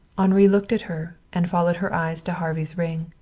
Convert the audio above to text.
henri looked at her, and followed her eyes to harvey's ring.